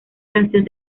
canción